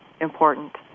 important